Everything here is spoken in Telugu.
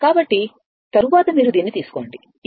కాబట్టి తరువాత మీరు దీన్ని తీసుకోండి ఇది